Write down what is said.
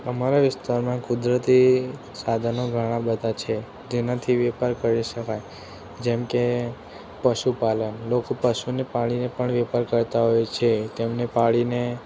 અમારા વિસ્તારમાં કુદરતી સાધનો ઘણા બધા છે જેનાથી વેપાર કરી શકાય જેમ કે પશુપાલન લોકો પશુને પાળીને પણ વેપાર કરતા હોય છે તેમને પાળીને